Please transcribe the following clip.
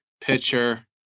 pitcher